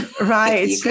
right